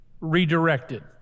redirected